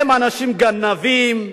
הם אנשים גנבים,